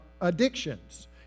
addictions